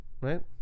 right